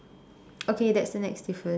okay that's the next difference